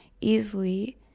easily